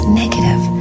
negative